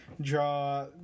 draw